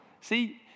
See